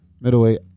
Middleweight